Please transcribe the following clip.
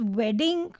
wedding